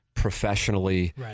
professionally